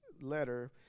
letter